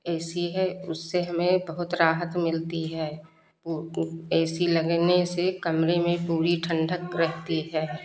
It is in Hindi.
ए सी है उससे हमें बहुत राहत मिलती है वह ए सी लगने से कमरे में पूरी ठंडक रहती है